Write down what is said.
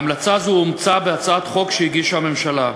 המלצה זו אומצה בהצעת חוק שהגישה הממשלה.